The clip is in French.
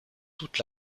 toute